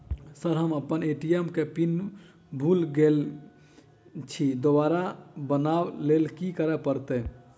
Sir हम अप्पन ATM केँ पिन भूल गेल छी दोबारा बनाब लैल की करऽ परतै?